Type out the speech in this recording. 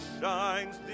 shines